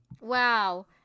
Wow